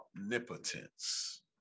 omnipotence